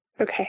Okay